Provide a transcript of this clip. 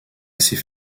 assez